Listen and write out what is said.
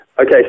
okay